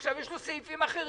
עכשיו יש לו סעיפים אחרים.